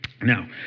Now